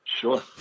Sure